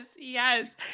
Yes